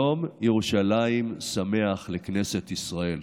יום ירושלים שמח לכנסת ישראל.